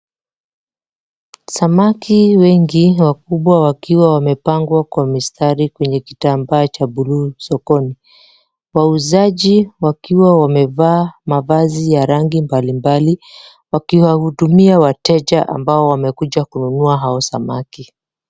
Samaki wengi, wakubwa wakiwa wamepangwa kwa mistari kwenye kitambaa cha buluu sokoni. Wauzaji wakiwa wamevaa mavazi ya rangi mbalimbali. Wakiwahudumia wateja ambao wamekuja kununua hao samaki.